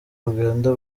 uganda